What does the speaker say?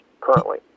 Currently